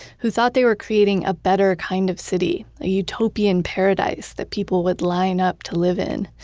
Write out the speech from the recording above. who thought they were creating a better kind of city, a utopian paradise that people would line up to live in.